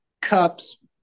cups